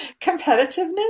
Competitiveness